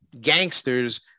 gangsters